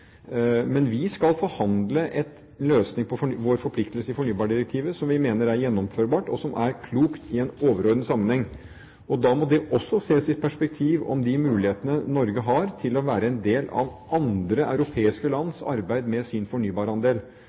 Men vi skal forhandle om en løsning på vår forpliktelse i fornybardirektivet som vi mener er gjennomførbar, og som er klok i en overordnet sammenheng. Da må det også ses i perspektiv av de mulighetene Norge har til å være en del av andre europeiske lands arbeid med sin fornybarandel.